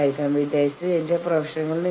team ഐക്യദാർഢ്യം നിലനിർത്തുക